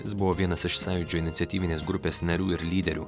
jis buvo vienas iš sąjūdžio iniciatyvinės grupės narių ir lyderių